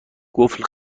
قفل